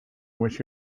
which